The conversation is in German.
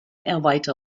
erweitert